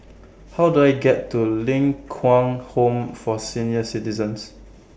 How Do I get to Ling Kwang Home For Senior Citizens